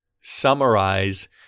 summarize